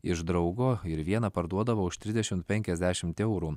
iš draugo ir vieną parduodavo už trisdešimt penkiasdešimt eurų